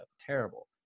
terrible